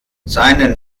seinen